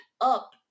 up